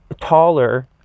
taller